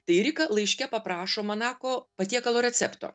tai rika laiške paprašo manako patiekalo recepto